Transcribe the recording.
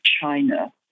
China